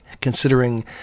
considering